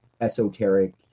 esoteric